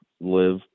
live